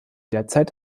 derzeit